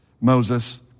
Moses